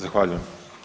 Zahvaljujem.